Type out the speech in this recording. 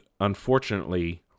unfortunately